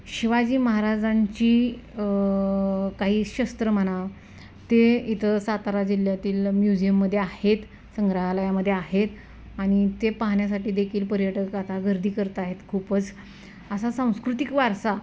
शिवाजी महाराजांची काही शस्त्र म्हणा ते इथं सातारा जिल्ह्यातील म्युझियममध्ये आहेत संग्रहालयामध्ये आहेत आणि ते पाहण्यासाठी देखील पर्यटक आता गर्दी करत आहेत खूपच असा सांस्कृतिक वारसा